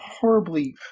horribly